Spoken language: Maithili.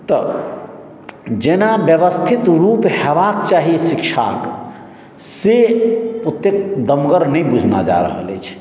तऽ जेना व्यवस्थित रुप हेबाक चाही शिक्षाक से ओतेक दमगर नहि बुझना जा रहल अछि